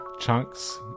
chunks